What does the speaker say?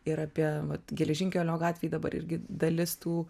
ir apie vat geležinkelio gatvėj dabar irgi dalis tų